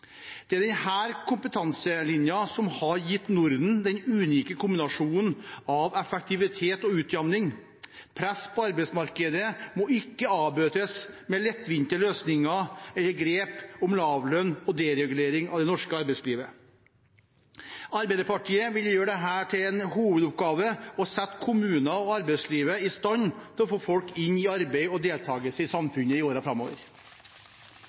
gitt Norden den unike kombinasjonen av effektivitet og utjamning. Press på arbeidsmarkedet må ikke avbøtes med lettvinte løsninger eller grep for lav lønn og deregulering av det norske arbeidslivet. Arbeiderpartiet vil gjøre det til en hovedoppgave å sette kommuner og arbeidslivet i stand til å få folk inn i arbeid og deltakelse i samfunnet i årene framover.